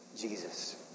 Jesus